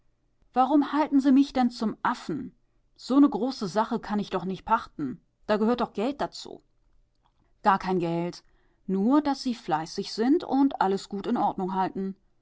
warum halten sie mich denn zum affen so ne große sache kann ich doch nich pachten da gehört doch geld dazu gar kein geld nur daß sie fleißig sind und alles gut in ordnung halten